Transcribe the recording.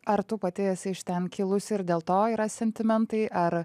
ar tu pati esi iš ten kilusi ir dėl to yra sentimentai ar